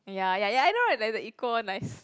ya ya ya I know right the the eco one nice